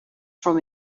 from